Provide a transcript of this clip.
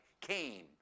came